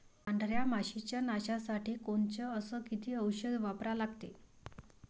पांढऱ्या माशी च्या नाशा साठी कोनचं अस किती औषध वापरा लागते?